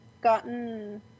gotten